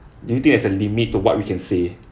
do you think there's a limit to what we can say